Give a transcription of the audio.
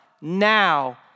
now